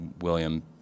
William